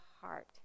heart